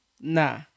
Nah